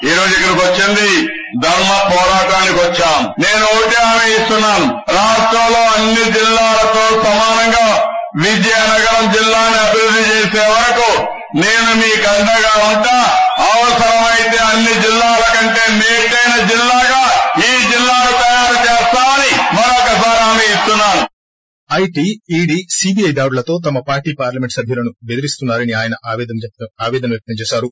byte CM IT ED CBI దాడులతో తమ party parliament సభ్యులను బెదిరిస్తున్నా రని ఆయన ఆవేదన వ్యక్తం చేశారు